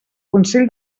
consell